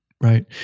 Right